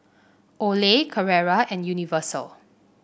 Olay Carrera and Universal